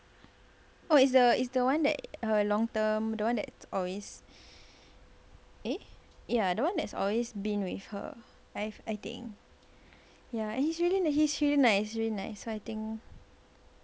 oh is the is the one that her long term the one that always eh ya the one that's always been with her I've I think ya and he's really n~ he's really nice really nice so I think